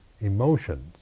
emotions